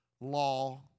law